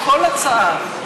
כל הצעה,